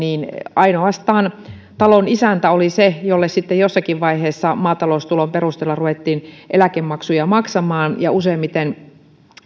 ainoastaan talon isäntä oli se jolle sitten jossakin vaiheessa maataloustulon perusteella ruvettiin eläkemaksuja maksamaan ja useimmiten